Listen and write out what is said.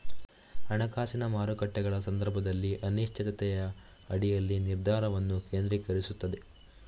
ಹಣಕಾಸಿನ ಮಾರುಕಟ್ಟೆಗಳ ಸಂದರ್ಭದಲ್ಲಿ ಅನಿಶ್ಚಿತತೆಯ ಅಡಿಯಲ್ಲಿ ನಿರ್ಧಾರವನ್ನು ಕೇಂದ್ರೀಕರಿಸುತ್ತದೆ